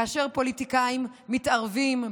כאשר הפוליטיקאים מתערבים,